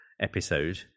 episode